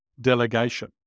delegation